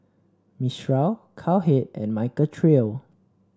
Mistral Cowhead and Michael Trio